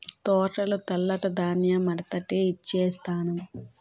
తూకాలు తెలక ధాన్యం మగతాకి ఇచ్ఛేససము